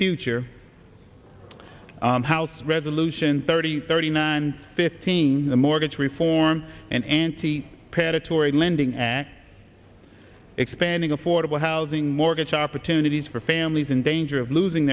future house resolution thirty thirty nine fifteen the mortgage reform and anti predatory lending and expanding affordable housing mortgage opportunities for families in danger of losing